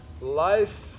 life